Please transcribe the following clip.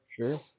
Sure